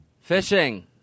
fishing